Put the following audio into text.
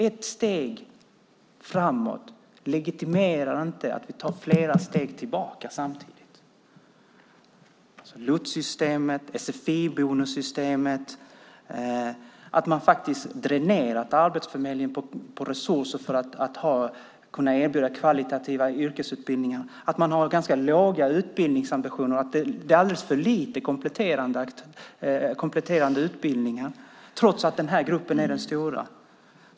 Ett steg framåt legitimerar inte att vi samtidigt tar flera steg tillbaka - lotssystemet, sfi-bonussystemet, att man dränerat Arbetsförmedlingen på resurser för att kunna erbjuda kvalitativa yrkesutbildningar, att man har ganska låga utbildningsambitioner och att det är alldeles för lite kompletterande utbildningar trots att den här gruppen är så stor.